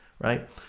right